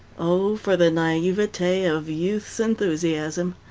oh, for the naivety of youth's enthusiasm!